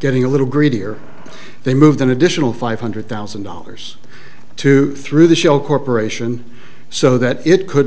getting a little greedy here they moved an additional five hundred thousand dollars to through the shell corporation so that it could